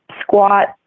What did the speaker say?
squat